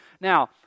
Now